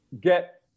get